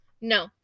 No